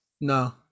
no